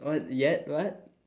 not yet what